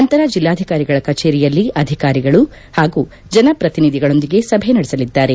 ನಂತರ ಜಿಲ್ಲಾಧಿಕಾರಿಗಳ ಕಚೇರಿಯಲ್ಲಿ ಅಧಿಕಾರಿಗಳು ಹಾಗೂ ಜನಪ್ರತಿನಿಧಿಗಳೊಂದಿಗೆ ಸಭೆ ನಡೆಸಲಿದ್ದಾರೆ